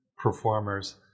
Performers